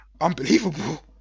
Unbelievable